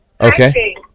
Okay